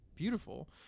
beautiful